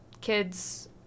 kids